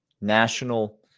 national